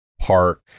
Park